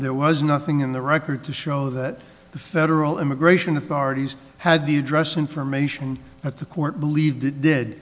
there was nothing in the record to show that the federal immigration authorities had the address information that the court believed it did